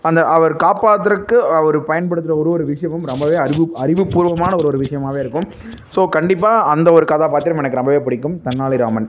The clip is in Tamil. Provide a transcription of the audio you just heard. அந்த அவர் காப்பாத்துகிறக்கு அவர் பயன்படுத்துகிற ஒரு ஒரு விஷயமும் ரொம்பவே அறிவு அறிவுபூர்வமான ஒரு ஒரு விஷயமாவே இருக்கும் ஸோ கண்டிப்பாக அந்த ஒரு கதாபாத்திரம் எனக்கு ரொம்பவே பிடிக்கும் தெனாலிராமன்